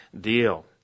deal